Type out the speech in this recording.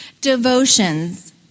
Devotions